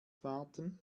warten